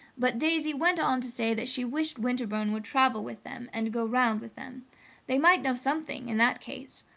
but daisy went on to say that she wished winterbourne would travel with them and go round with them they might know something, in that case.